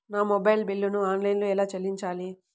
నా మొబైల్ బిల్లును ఆన్లైన్లో ఎలా చెల్లించాలి?